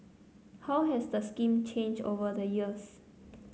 how has the scheme changed over the years